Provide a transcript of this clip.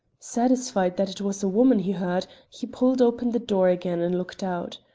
satisfied that it was a woman he heard, he pulled open the door again and looked out.